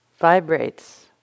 vibrates